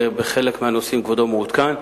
ובחלק מהנושאים כבודו מעודכן,